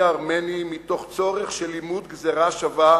הארמני מתוך צורך של לימוד גזירה שווה